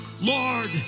Lord